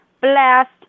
Blast